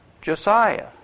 Josiah